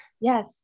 Yes